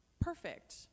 perfect